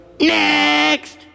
Next